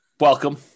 Welcome